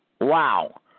Wow